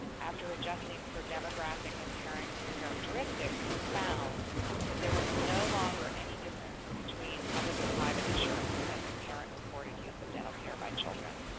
after adjusting for demographic and parent characteristics found that there was no longer any difference between public and private insurance as the parent reported use of dental care by children.